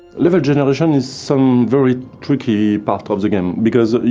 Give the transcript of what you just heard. level generation is some very tricky part of the game. because, you